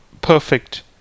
perfect